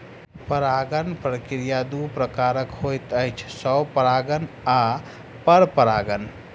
परागण प्रक्रिया दू प्रकारक होइत अछि, स्वपरागण आ परपरागण